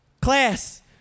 class